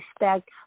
respect